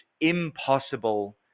impossible